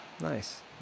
Nice